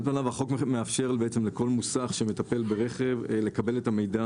החוק מאפשר לכל מוסך שמטפל ברכב לקבל את המידע